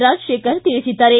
ರಾಜಶೇಖರ್ ತಿಳಿಸಿದ್ದಾರೆ